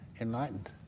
enlightened